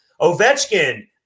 Ovechkin